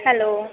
hello